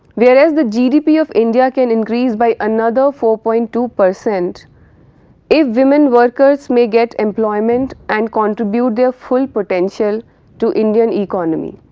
whereas the gdp of india can increase by another four point two percent if woman workers may get employment and contribute their full potential to indian economy.